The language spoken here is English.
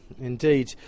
Indeed